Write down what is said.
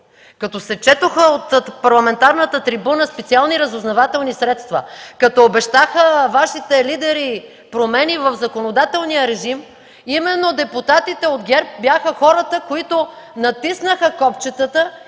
като се четоха от парламентарната трибуна специални разузнавателни средства, като обещаха Вашите лидери промени в законодателния режим, именно депутатите от ГЕРБ бяха хората, които натиснаха копчетата